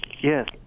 Yes